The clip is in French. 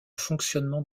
fonctionnement